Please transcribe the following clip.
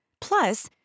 Plus